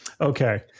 Okay